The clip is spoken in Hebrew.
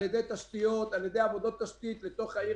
על-ידי תשתיות ועבודות תשתית לתוך העיר